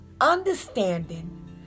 understanding